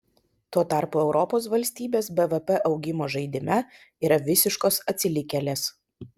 tuo tarpu europos valstybės bvp augimo žaidime yra visiškos atsilikėlės